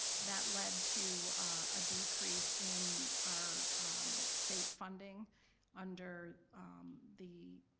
that led to a decrease in our state funding under the